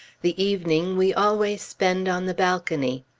the evening we always spend on the balcony.